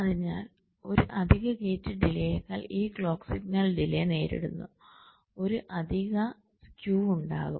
അതിനാൽ ഒരു അധിക ഗേറ്റ് ഡിലെയെക്കാൾ ഈ ക്ലോക്ക് സിഗ്നൽ ഡിലെ നേരിടുന്നു ഒരു അധിക സ്ക്യൂ ഉണ്ടാകും